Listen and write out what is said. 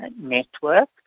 network